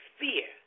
fear